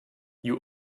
you